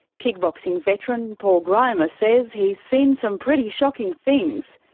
kickboxing veteran, paul grima says he's seen some pretty shocking things.